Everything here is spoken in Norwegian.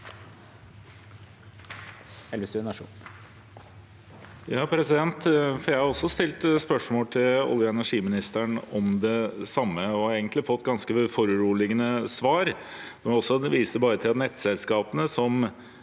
Jeg har stilt spørsmål til olje- og energiministeren om det samme og egentlig fått ganske foruroligende svar. Han viste bare til nettselskapene, som